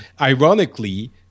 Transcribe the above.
ironically